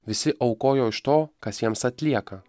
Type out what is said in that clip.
visi aukojo iš to kas jiems atlieka